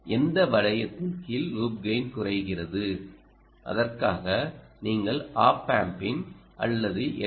எந்த வளையத்தின் கீழ் லூப் கெய்ன் குறைகிறது அதற்காக நீங்கள் op Amp ன் அல்லது எல்